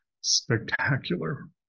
spectacular